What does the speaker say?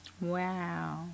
Wow